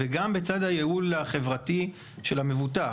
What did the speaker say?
וגם בצד הייעול החברתי של המבוטח.